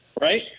Right